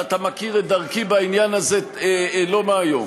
ואתה מכיר את דרכי בעניין הזה לא מהיום.